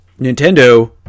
Nintendo